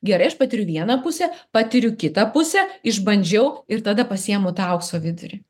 gerai aš patiriu vieną pusę patiriu kitą pusę išbandžiau ir tada pasiimu tą aukso vidurį